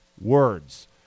words